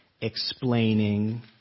explaining